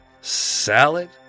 Salad